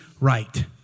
right